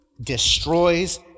destroys